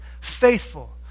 Faithful